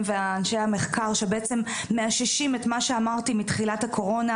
ואנשי המחקר שבעצם מאששים את מה שאמרתי בתחילת הקורונה,